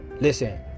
Listen